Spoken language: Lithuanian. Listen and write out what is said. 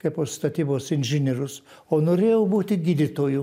kaipo statybos inžinierius o norėjau būti gydytoju